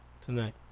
tonight